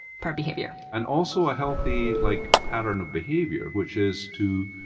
part behavior. and also a healthy like pattern of behavior which is to,